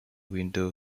window